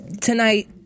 tonight